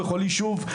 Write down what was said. בכל יישוב,